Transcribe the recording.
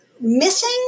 missing